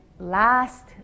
last